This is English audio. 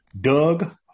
Doug